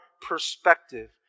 perspective